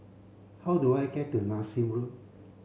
how do I get to Nassim Road